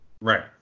Right